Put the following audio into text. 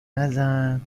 نزن